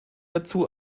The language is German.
dazu